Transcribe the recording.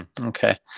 Okay